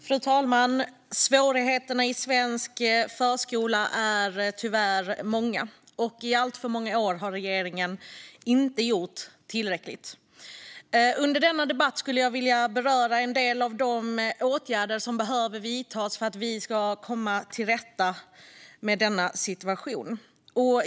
Fru talman! Svårigheterna i svensk förskola är tyvärr många, och i alltför många år har regeringen inte gjort tillräckligt. Under denna debatt vill jag beröra en del av de åtgärder som behöver vidtas för att vi ska komma till rätta med denna situation.